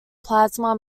plasma